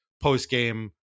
post-game